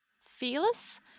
Fearless